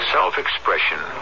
Self-expression